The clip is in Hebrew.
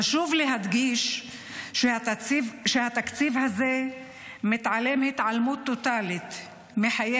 חשוב להדגיש שהתקציב הזה מתעלם התעלמות טוטלית מחיי